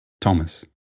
Thomas